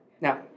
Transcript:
Now